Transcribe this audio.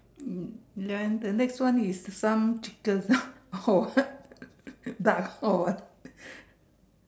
then the next one is some pictures of dust or what